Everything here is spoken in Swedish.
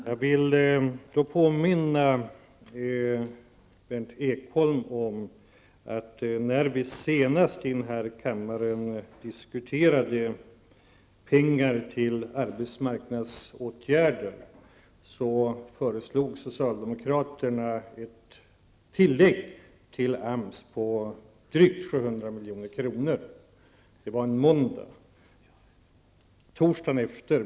Fru talman! Jag vill påminna Berndt Ekholm om att socialdemokraterna, när vi senast i denna kammare diskuterade pengar till arbetsmarknadsåtgärder, föreslog ett tillägg till AMS på drygt 700 milj.kr. Det var en måndag.